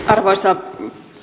arvoisa